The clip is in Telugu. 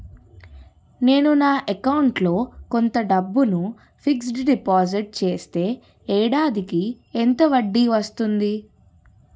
నేను నా అకౌంట్ లో కొంత డబ్బును ఫిక్సడ్ డెపోసిట్ చేస్తే ఏడాదికి ఎంత వడ్డీ వస్తుంది?